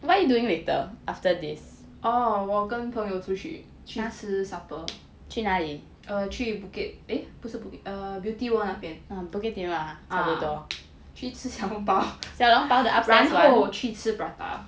oh 我跟朋友出去去吃 supper 去 bukit eh 不是 bukit err beauty world 那边 ah 去吃小笼包 然后去吃 prata